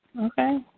Okay